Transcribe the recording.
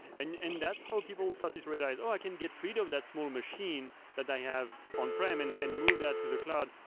and and that's how people start to realize, oh! i can get rid of that small machine that i have on-prem and and move that to the cloud.